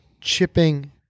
chipping